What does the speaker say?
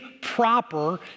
proper